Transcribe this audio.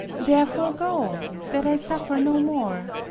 therefore go that i suffer no more.